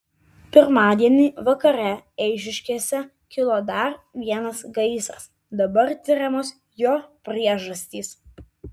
pirmadienį vakare eišiškėse kilo dar vienas gaisras dabar tiriamos jo priežastys